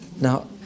Now